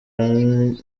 ari